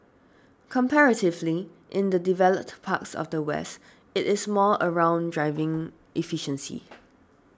comparatively in the developed parts of the West it is more around driving efficiency